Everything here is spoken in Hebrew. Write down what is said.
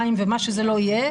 מים ומה שזה לא יהיה,